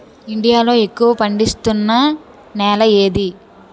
India లో ఎక్కువ పండిస్తున్నా నేల ఏది?